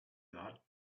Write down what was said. thought